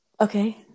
Okay